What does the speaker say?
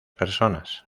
personas